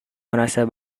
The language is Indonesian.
merasa